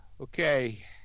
okay